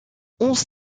onze